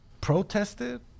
protested